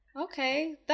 Okay